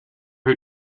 who